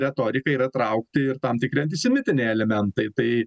retorika yra traukti ir tam tikri antisemitiniai elementai tai